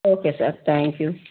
okay sir thank you